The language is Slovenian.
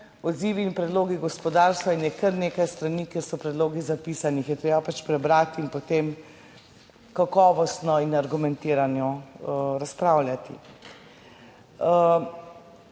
Odzivi in predlogi gospodarstva in je kar nekaj strani, kjer so predlogi zapisani. Jih je treba pač prebrati in potem kakovostno in argumentirano razpravljati.